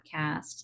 podcast